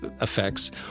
effects